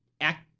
act